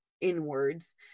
inwards